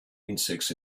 insects